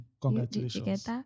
Congratulations